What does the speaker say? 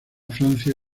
francia